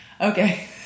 Okay